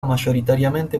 mayoritariamente